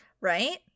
right